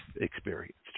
experienced